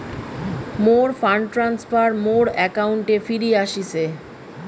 মোর fund transfer মোর অ্যাকাউন্টে free আশিসে